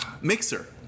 Mixer